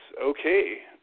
okay